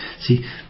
See